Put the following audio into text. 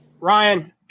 Ryan